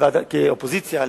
כאופוזיציה,